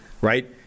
right